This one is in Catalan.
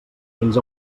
fins